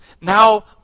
Now